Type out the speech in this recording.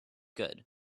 good